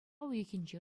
уйӑхӗнче